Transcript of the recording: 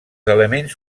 elements